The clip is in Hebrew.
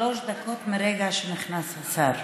שלוש דקות מרגע שנכנס השר.